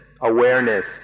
awareness